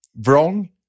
wrong